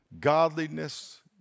Godliness